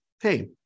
Hey